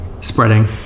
spreading